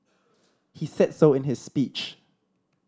he said so in his speech